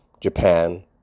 Japan